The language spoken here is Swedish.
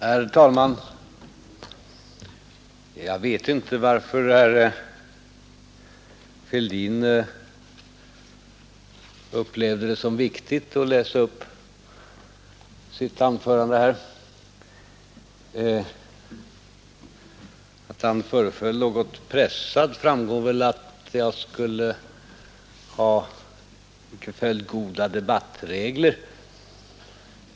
Herr talman! Jag vet inte varför herr Fälldin upplevde det som så viktigt att läsa upp sitt anförande här. Att han var något pressad framgick väl av att han sade att jag icke skulle ha följt goda debattregler.